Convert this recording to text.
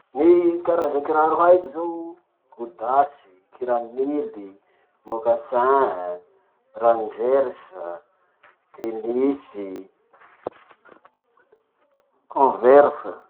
Gny karaza kiraro haiko zao: godasy, kiranily, moccassin, rangers, tennis, converse.